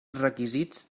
requisits